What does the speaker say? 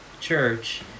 church